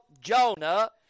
Jonah